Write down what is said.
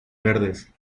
verdes